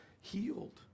healed